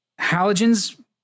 Halogens